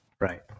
Right